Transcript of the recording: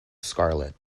scarlet